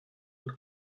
und